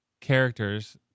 characters